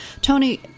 Tony